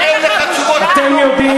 אין לך תשובות על כלום.